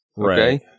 Okay